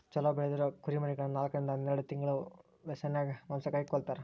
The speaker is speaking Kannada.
ಚೊಲೋ ಬೆಳದಿರೊ ಕುರಿಮರಿಗಳನ್ನ ನಾಲ್ಕರಿಂದ ಹನ್ನೆರಡ್ ತಿಂಗಳ ವ್ಯಸನ್ಯಾಗ ಮಾಂಸಕ್ಕಾಗಿ ಕೊಲ್ಲತಾರ